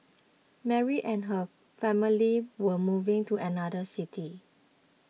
Mary and her family were moving to another city